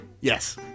Yes